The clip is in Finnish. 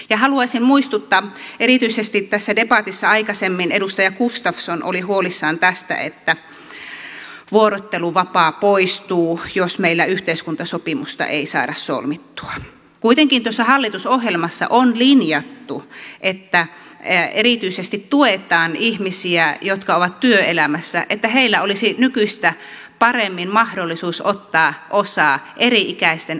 ja haluaisin muistuttaa kun erityisesti tässä debatissa aikaisemmin edustaja gustafsson oli huolissaan siitä että vuorotteluvapaa poistuu jos meillä yhteiskuntasopimusta ei saada solmittua että kuitenkin tuossa hallitusohjelmassa on linjattu että erityisesti tuetaan ihmisiä jotka ovat työelämässä että heillä olisi nykyistä paremmin mahdollisuus ottaa osaa eri ikäisten omaistensa hoivaan